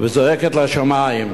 וזועקת לשמים.